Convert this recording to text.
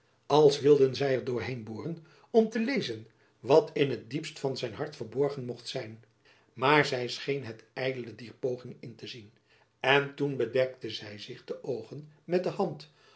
als wilden zy er door heen boren om te lezen wat in het diepst van zijn hart verborgen mocht zijn maar zy scheen het ydele dier poging in te zien en toen bedekte zy zich de oogen met de hand